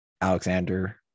Alexander